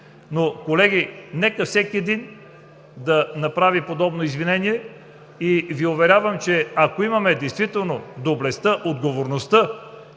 Колеги, нека всеки един да направи подобно извинение. Уверявам Ви, че, ако имаме действително доблестта, отговорността